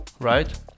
right